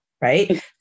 Right